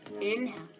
Inhale